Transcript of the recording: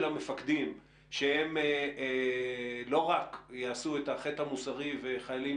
המפקדים שהם לא רק יעשו את החטא המוסרי וחיילים